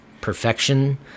perfection